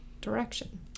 direction